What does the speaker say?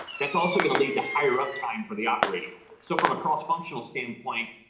that's also going to lead to higher uptime for the operating. so from a cross-functional standpoint,